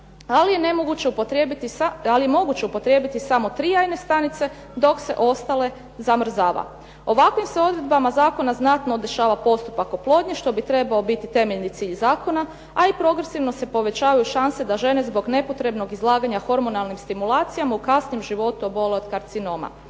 ali je moguće upotrijebiti samo tri jajne stanice dok se ostale zamrzava. Ovakvim se odredbama zakona znatno otežava postupak oplodnje što bi trebao biti temeljni cilj zakona, a i progresivno se povećavaju šanse da žene zbog nepotrebnog izlaganja hormonalnim stimulacijama u kasnijem životu obole od karcinoma.